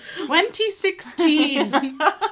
2016